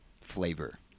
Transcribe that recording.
flavor